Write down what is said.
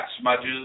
smudges